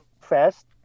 fast